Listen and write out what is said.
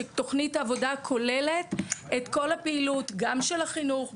שתוכנית עבודה כוללת את כל הפעילות גם של החינוך,